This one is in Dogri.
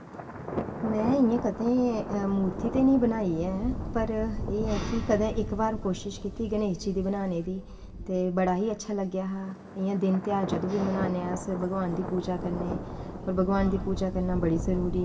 में इ'यां कदें मूरती ते निं बनाई ऐ पर एह् कि कदें इक बार कोशिश कीती गणेश जी दी बनाने दी ते बड़ा ही अच्छा लग्गेआ हा इ'यां दिन ध्यार जदूं बी मनाने आं अस भगवान दी पूजा करने होर भगवान दी पूजा करनी बड़ी जरूरी